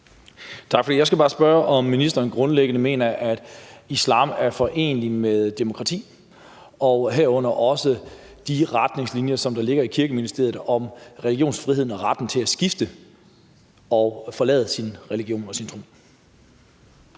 Tak for det. Jeg skal bare spørge, om ministeren grundlæggende mener, at islam er forenelig med demokrati og herunder også de retningslinjer, der ligger i Kirkeministeriet, om religionsfriheden og retten til at skifte og forlade sin religion og sin tro.